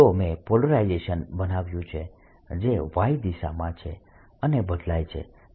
તો મેં પોલરાઇઝેશન બનાવ્યું છે જે Y દિશામાં છે અને બદલાય છે